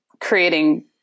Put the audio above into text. creating